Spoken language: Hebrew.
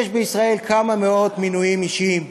יש בישראל כמה מאות מינויים אישיים,